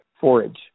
forage